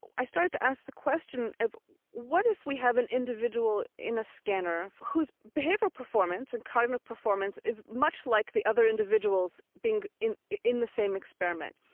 i started to ask the question of what if we have an individual in a scanner whose behavioural performance and cognitive performance is much like the other individuals in in the same experiment.